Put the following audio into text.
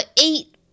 eight